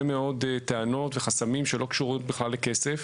מאוד טענות וחסמים שלא קשורים בכלל לכסף,